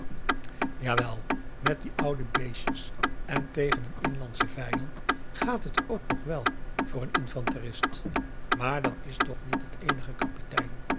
jawel met die oude beestjes en tegen een inlandschen vijand gaat het ook nog wel voor n infanterist maar dàt is toch niet het eenige kapitein